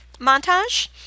montage